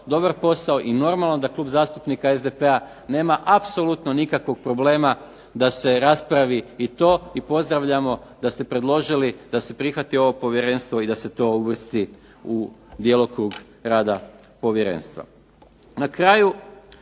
dobar posao i normalno da Klub zastupnika SDP-a nema apsolutno nikakvog problema da se raspravi i to i pozdravljamo da ste predložili da se prihvati ovo povjerenstvo i da se to uvrsti u djelokrug rada povjerenstva.